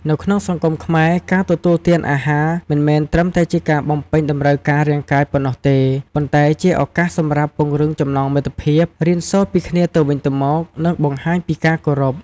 នៅក្នុងសង្គមខ្មែរ ការទទួលទានអាហារមិនមែនត្រឹមតែជាការបំពេញតម្រូវការរាងកាយប៉ុណ្ណោះទេ ប៉ុន្តែជាឱកាសសម្រាប់ពង្រឹងចំណងមិត្តភាព រៀនសូត្រពីគ្នាទៅវិញទៅមក និងបង្ហាញពីការគោរព។